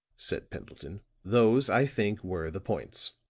said pendleton, those, i think, were the points.